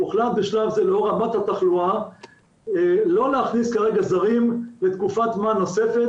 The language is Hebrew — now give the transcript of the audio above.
הוחלט בשלב זה לאור רמת התחלואה לא להכניס כרגע זרים לתקופת זמן נוספת,